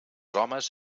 homes